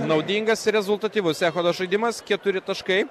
naudingas rezultatyvus echodo žaidimas keturi taškai